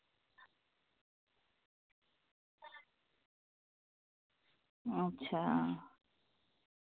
अच्छा